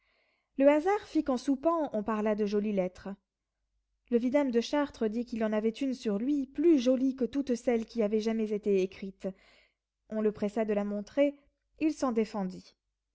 le hasard fit qu'en soupant on parla de jolies lettres le vidame de chartres dit qu'il en avait une sur lui plus jolie que toutes celles qui avaient jamais été écrites on le pressa de la montrer il s'en défendit